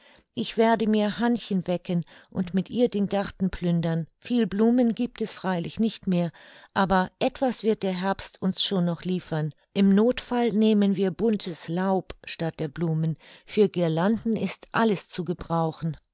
ich werde mir hannchen wecken und mit ihr den garten plündern viel blumen giebt es freilich nicht mehr aber etwas wird der herbst uns schon noch liefern im nothfall nehmen wir buntes laub statt der blumen für guirlanden ist alles zu gebrauchen